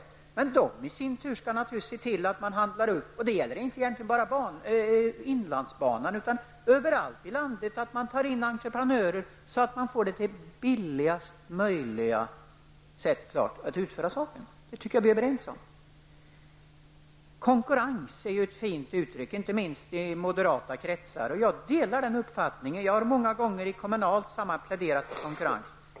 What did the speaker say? Banverket skall i sin tur naturligtvis också se till att man -- det gäller inte bara inlandsbanan utan överallt i landet -- får anbud från olika entreprenörer och får det billigaste möjliga alternativet. Det tycker jag att vi är överens om. Konkurrens är ett fint uttryck, inte minst i moderata kretsar. Jag delar den uppfattningen, och jag har många gånger i kommunala sammanhang pläderat för konkurrens.